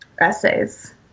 essays